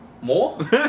more